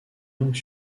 langues